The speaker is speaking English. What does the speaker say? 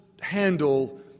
handle